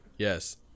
Yes